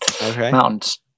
mountains